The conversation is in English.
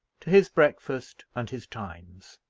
to his breakfast and his times.